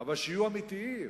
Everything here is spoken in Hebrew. אבל שיהיו אמיתיים,